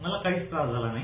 मला काहीच त्रास झाला नाही